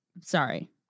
Sorry